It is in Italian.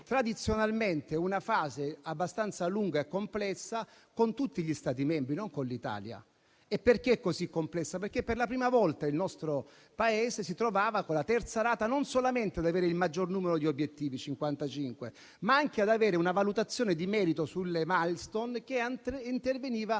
tradizionalmente una fase abbastanza lunga e complessa con tutti gli Stati membri, non con l'Italia. È così complessa perché per la prima volta il nostro Paese si trovava con la terza rata non solamente ad avere il maggior numero di obiettivi (55), ma anche una valutazione di merito sulle *milestone* e che interveniva